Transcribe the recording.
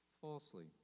falsely